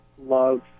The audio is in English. love